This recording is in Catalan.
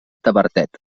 tavertet